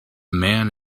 man